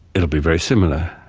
it will be very similar,